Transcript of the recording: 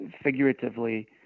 figuratively